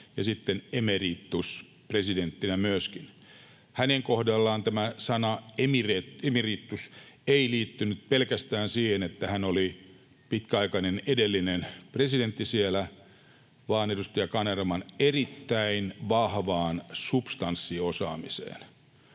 myöskin emerituspresidenttinä. Hänen kohdallaan tämä sana ”emeritus” ei liittynyt pelkästään siihen, että hän oli pitkäaikainen presidentti siellä, vaan myös edustaja Kanervan erittäin vahvaan substanssiosaamiseen.